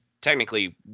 technically